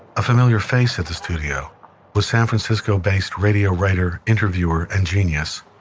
a familiar face at the studio was san francisco-based radio writer, interviewer and genius,